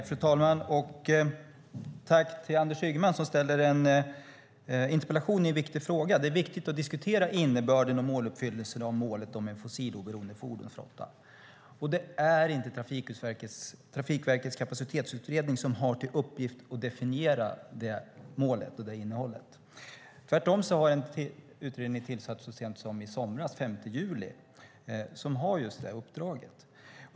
Fru talman! Jag tackar Anders Ygeman, som ställer en interpellation i en viktig fråga. Det är viktigt att diskutera innebörden och måluppfyllelsen när det gäller målet om en fossiloberoende fordonsflotta. Det är inte Trafikverkets kapacitetsutredning som har till uppgift att definiera målet och innehållet. Tvärtom har en utredning tillsatts så sent som i somras, den 5 juli, som har just detta uppdrag.